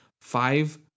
five